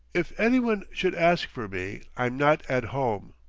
if any one should ask for me, i'm not at home.